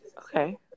Okay